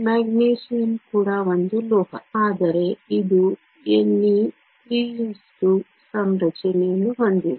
magnesium ಕೂಡ ಒಂದು ಲೋಹ ಆದರೆ ಇದು Ne 3s2 ಸಂರಚನೆಯನ್ನು ಹೊಂದಿದೆ